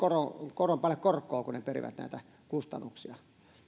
koron päälle korkoa kun ne perivät näitä kustannuksia